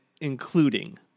including